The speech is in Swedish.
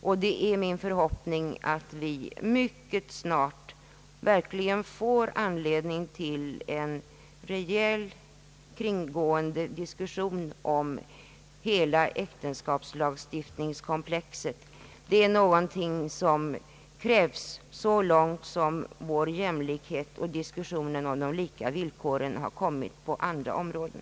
Och det är min förhoppning att vi mycket snart verkligen får anledning till en reell diskussion om hela äktenskapslagstiftningen. Det är någonting som krävs så långt som vår jämlikhet och diskussionen om de lika villkoren har kommit på andra områden.